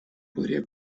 podría